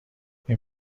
این